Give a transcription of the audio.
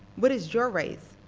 what is your race,